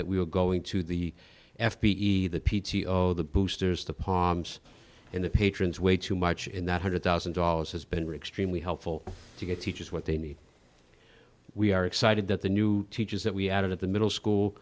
that we were going to the f b i either p t o the boosters the palms and the patrons way too much in that one hundred thousand dollars has been rick stream we helpful to get teachers what they need we are excited that the new teachers that we added at the middle